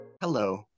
Hello